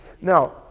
Now